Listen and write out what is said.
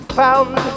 found